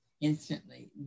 instantly